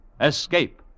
Escape